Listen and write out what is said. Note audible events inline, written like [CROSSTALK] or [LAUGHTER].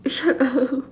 shut up [LAUGHS]